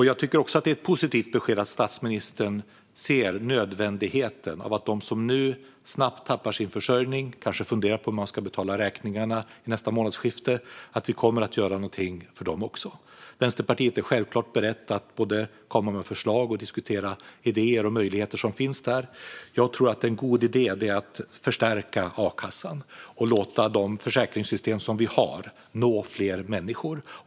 Jag tycker också att det är ett positivt besked att statsministern ser nödvändigheten av att vi kommer att göra något för dem som nu snabbt tappar sin försörjning, kanske funderar över hur de ska betala räkningarna nästa månadsskifte. Vänsterpartiet är självklart berett att lägga fram förslag och diskutera idéer och möjligheter. En god idé är att förstärka a-kassan och låta de försäkringssystem som finns nå fler människor.